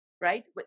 right